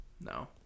No